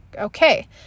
okay